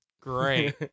Great